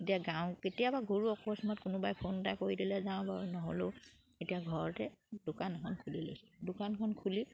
এতিয়া গাঁও কেতিয়াবা ঘূৰোঁ অকস্মাত কোনোবাই ফোন এটা কৰি দিলে যাওঁ বাৰু নহ'লেও এতিয়া ঘৰতে দোকান এখন খুলি লৈছোঁ দোকানখন খুলি